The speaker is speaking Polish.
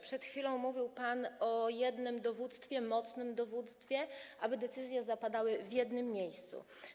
Przed chwilą mówił pan o jednym dowództwie, mocnym dowództwie, tak aby decyzje zapadały w jednym miejscu.